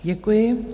Děkuji.